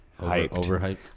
overhyped